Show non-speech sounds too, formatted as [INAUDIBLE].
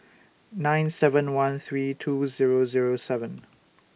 nine seven one three two Zero Zero seven [NOISE]